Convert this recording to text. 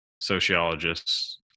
sociologists